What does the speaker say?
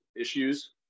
issues